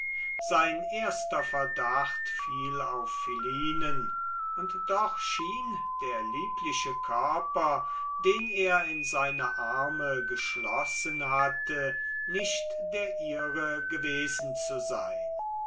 sein erster verdacht fiel auf philinen und doch schien der liebliche körper den er in seine arme geschlossen hatte nicht der ihrige gewesen zu sein